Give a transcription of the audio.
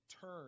turn